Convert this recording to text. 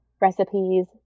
recipes